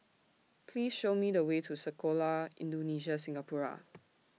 Please Show Me The Way to Sekolah Indonesia Singapura